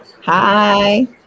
Hi